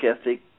ethic